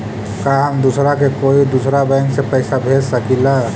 का हम दूसरा के कोई दुसरा बैंक से पैसा भेज सकिला?